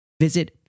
visit